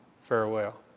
farewell